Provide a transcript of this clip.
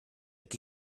chi